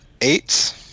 Eight